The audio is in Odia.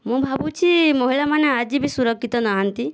ମୁଁ ଭାବୁଛି ମହିଳାମାନେ ଆଜି ବି ସୁରକ୍ଷିତ ନାହାନ୍ତି